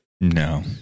No